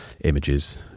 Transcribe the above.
images